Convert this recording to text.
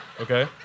Okay